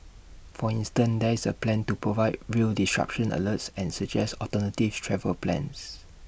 for instance there is A plan to provide rail disruption alerts and suggest alternative travel plans